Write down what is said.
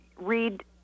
read